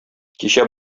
кичә